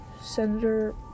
Senator